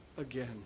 again